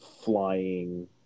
flying